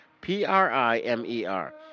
P-R-I-M-E-R